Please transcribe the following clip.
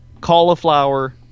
cauliflower